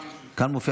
לא מאמין